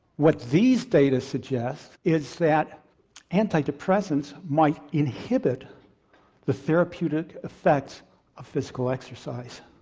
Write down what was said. what these data suggests is that antidepressants might inhibit the therapeutic effects of physical exercise.